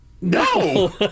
no